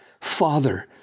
Father